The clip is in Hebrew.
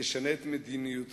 תשנה את מדיניותך,